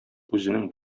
үзенең